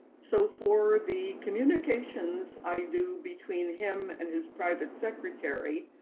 so for the communications. i do between him and his private secretary,